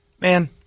Man